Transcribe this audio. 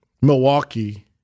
Milwaukee